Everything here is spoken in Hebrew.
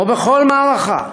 כמו בכל מערכה.